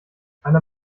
einer